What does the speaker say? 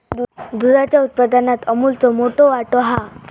दुधाच्या उत्पादनात अमूलचो मोठो वाटो हा